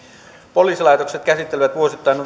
poliisilaitokset käsittelevät vuosittain